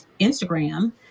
Instagram